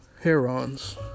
herons